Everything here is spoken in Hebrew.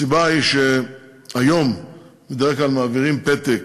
הסיבה היא שהיום בדרך כלל מעבירים פתק